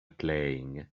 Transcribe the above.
playing